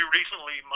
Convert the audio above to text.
recently